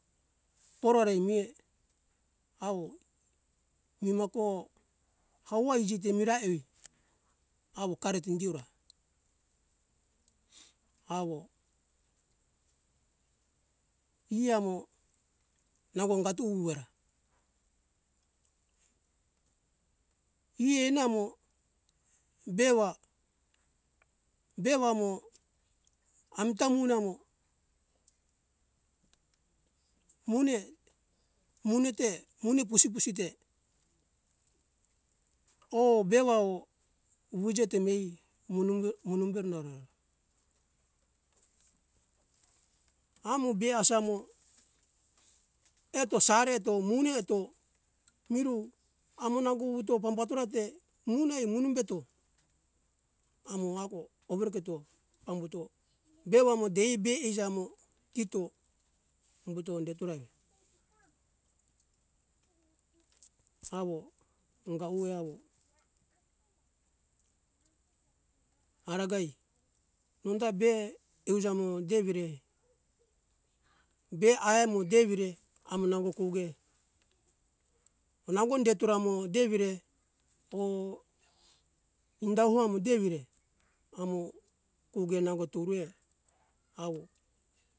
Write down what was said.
Porore mie awo nimoko hawo iji te mirae ai awo kareto indiora awo e amo nango ungatu uwera e namo bewa bewa mo amta umo namo mone mone te mone pusipusi te oh bewa oh wuje te mei muno muno muno boronare amo be asa mo eto sare to mune to mirou amo nango wuto pambatora te munai muno beto amo ago aweregeto pambuto bewamo di be eija mo kito umbuto onde tora e awo anga uwe awo aragai nundabe ujamo de evire be ai mo de evire amo nango koge nango ondetora mo de evire oh inda ho amo de evire amo koge nango turue awo